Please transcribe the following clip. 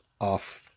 off-